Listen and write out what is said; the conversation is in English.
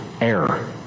error